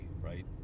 right